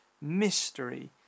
mystery